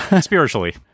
Spiritually